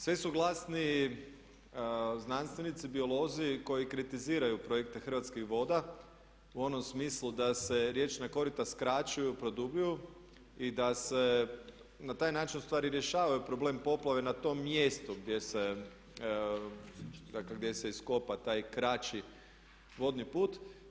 Sve su glasniji znanstvenici, biolozi koji kritiziraju projekte Hrvatskih voda u onom smislu da se riječna korita skraćuju, produbljuju i da se na taj način u stvari rješavaju problem poplave na tom mjestu gdje se, dakle gdje se iskopa taj kraći vodni put.